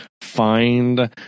find